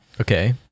okay